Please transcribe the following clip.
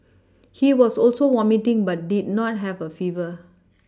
he was also vomiting but did not have a fever